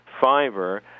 fiber